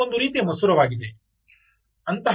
ಇದು ಒಂದು ರೀತಿಯ ಮಸೂರವಾಗಿದೆ